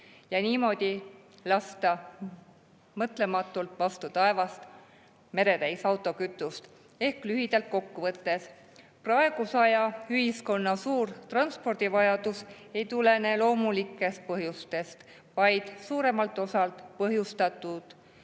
ja niimoodi lasta mõtlematult vastu taevast meretäis autokütust. Ehk lühidalt kokku võttes, praeguse aja ühiskonna suur transpordivajadus ei tulene loomulikest põhjustest, vaid suuremalt osalt valedest